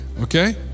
okay